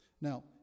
Now